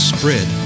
Spread